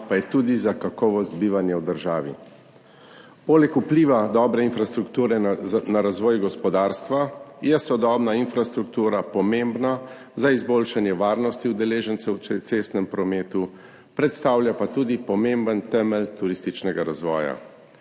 pa je tudi za kakovost bivanja v državi. Poleg vpliva dobre infrastrukture na razvoj gospodarstva je sodobna infrastruktura pomembna za izboljšanje varnosti udeležencev v cestnem prometu, predstavlja pa tudi pomemben temelj turističnega razvoja.